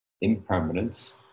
impermanence